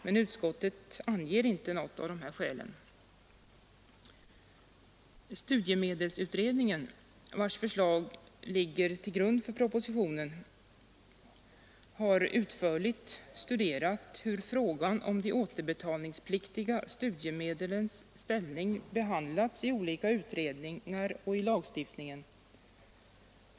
Men utskottet anger inte något av dessa skäl. Studiemedelsutredningen, vars förslag ligger till grund för propositionen, har utförligt studerat hur frågan om de återbetalningspliktiga studiemedlen behandlats i olika utredningar och i lagstiftningen.